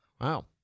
Wow